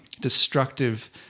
destructive